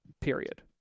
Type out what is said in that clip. period